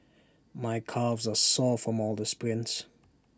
my calves are sore from all the sprints